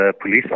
police